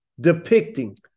depicting